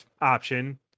option